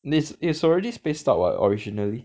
it's it's already spaced out what originally